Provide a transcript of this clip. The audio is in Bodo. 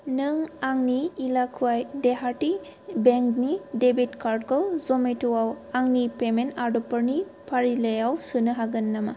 नों आंनि इल्लाकुवाय देहाटि बेंकनि डेबिट कार्डखौ जमेट'आव आंनि पेमेन्ट आदबफोरनि फारिलाइयाव सोनो हागोन नामा